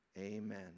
Amen